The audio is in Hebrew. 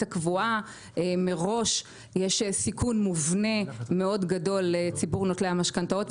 הקבועה מראש יש סיכון מובנה מאוד גדול לציבור נוטלי המשכנתאות.